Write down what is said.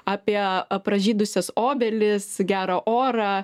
apie pražydusias obelis gerą orą